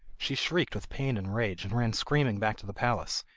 she shrieked with pain and rage, and ran screaming back to the palace,